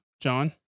John